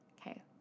Okay